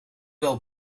wel